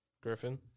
Griffin